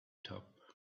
top